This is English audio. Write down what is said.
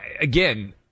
again